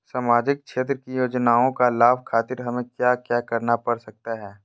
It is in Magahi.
सामाजिक क्षेत्र की योजनाओं का लाभ खातिर हमें क्या क्या करना पड़ सकता है?